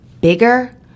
bigger